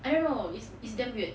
I don't know it's it's damn weird